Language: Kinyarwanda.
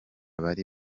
bari